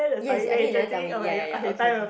yes I think you never tell me ya ya ya okay okay